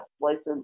license